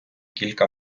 кілька